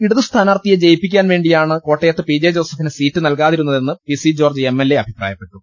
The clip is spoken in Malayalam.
ഇടതു സ്ഥാനാർത്ഥിയെ ജയിപ്പിക്കാൻ വേണ്ടിയാണ് കോട്ട യത്ത് പി ജെ ജോസഫിന് സീറ്റ് നൽകാതിരുന്നതെന്ന് പി സി ജോർജ്ജ് എംഎൽഎ അഭിപ്രായപ്പെട്ടു